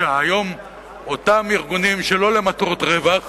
שהיום אותם ארגונים שלא למטרות רווח